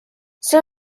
see